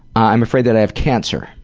i'm afraid that i have cancer.